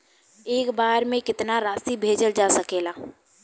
एक बार में केतना राशि भेजल जा सकेला?